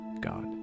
God